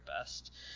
best